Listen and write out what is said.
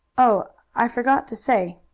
oh, i forgot to say,